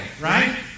right